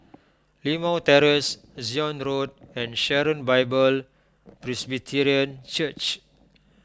Limau Terrace Zion Road and Sharon Bible Presbyterian Church